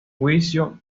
juicio